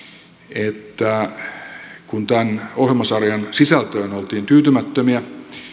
että kun tämän ohjelmasarjan sisältöön oltiin tyytymättömiä